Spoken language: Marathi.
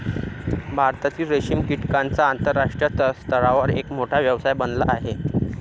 भारतातील रेशीम कीटकांचा आंतरराष्ट्रीय स्तरावर एक मोठा व्यवसाय बनला आहे